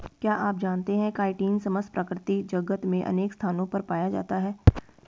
क्या आप जानते है काइटिन समस्त प्रकृति जगत में अनेक स्थानों पर पाया जाता है?